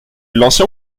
l’ancien